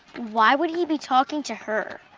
why would he be talking to her?